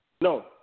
No